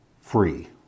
free